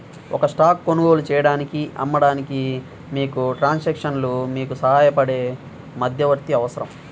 ఒక స్టాక్ కొనుగోలు చేయడానికి, అమ్మడానికి, మీకు ట్రాన్సాక్షన్లో మీకు సహాయపడే మధ్యవర్తి అవసరం